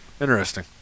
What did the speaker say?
Interesting